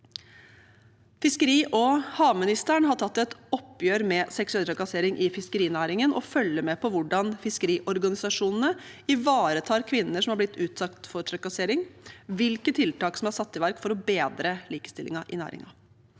Fiskeri- og havministeren har tatt et oppgjør med seksuell trakassering i fiskerinæringen og følger med på hvordan fiskeriorganisasjonene ivaretar kvinner som har blitt utsatt for trakassering, og hvilke tiltak som er satt i verk for å bedre likestillingen i næringen.